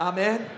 Amen